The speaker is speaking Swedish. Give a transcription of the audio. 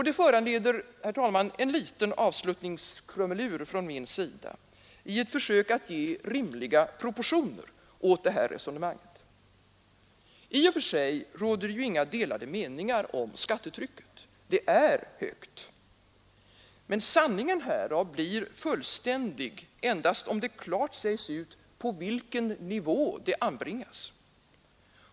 Det föranleder en liten avslutningskrumelur från min sida, i ett försök att ge rimliga proportioner åt det här resonemanget. I och för sig råder det inga delade meningar om skattetrycket. Det är högt. Men sanningen härav blir fullständig endast om det klart sägs ut på vilken nivå det anbringas.